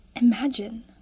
Imagine